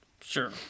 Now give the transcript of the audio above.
Sure